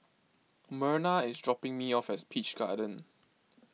Merna is dropping me off as Peach Garden